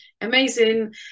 Amazing